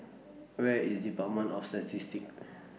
Where IS department of Statistics